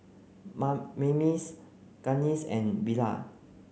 Maymie Gaines and Bella